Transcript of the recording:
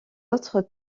autres